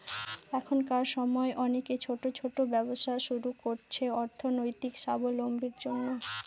এখনকার সময় অনেকে ছোট ছোট ব্যবসা শুরু করছে অর্থনৈতিক সাবলম্বীর জন্য